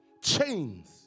chains